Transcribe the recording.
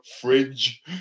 Fridge